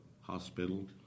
hospital